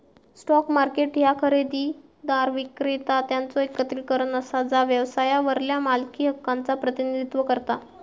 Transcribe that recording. stock market ह्या खरेदीदार, विक्रेता यांचो एकत्रीकरण असा जा व्यवसायावरल्या मालकी हक्कांचा प्रतिनिधित्व करता